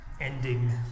Ending